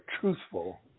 truthful